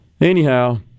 anyhow